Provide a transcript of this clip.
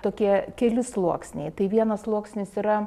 tokie keli sluoksniai tai vienas sluoksnis yra